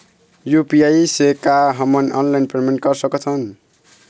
UPI से का हमन ऑनलाइन पेमेंट कर सकत हन?